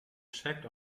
checked